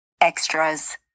extras